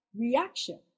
reaction